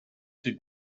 tej